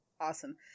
Awesome